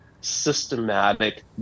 systematic